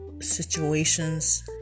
situations